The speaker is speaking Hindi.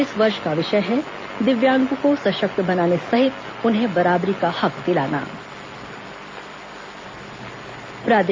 इस वर्ष का विषय है दिव्यांगों को सशक्त बनाने सहित उन्हें बराबरी का हक दिलाना